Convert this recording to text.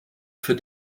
für